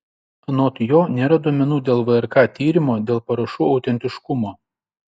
anot jo nėra duomenų dėl vrk tyrimo dėl parašų autentiškumo